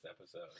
episode